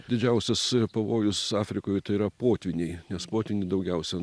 didžiausias pavojus afrikoj yra potvyniai nes potvyniai daugiausia